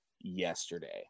yesterday